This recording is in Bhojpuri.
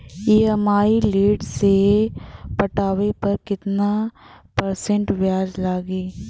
ई.एम.आई लेट से पटावे पर कितना परसेंट ब्याज लगी?